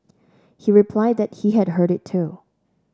he replied that he had heard it too